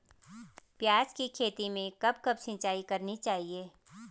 प्याज़ की खेती में कब कब सिंचाई करनी चाहिये?